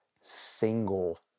single